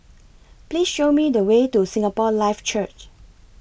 Please Show Me The Way to Singapore Life Church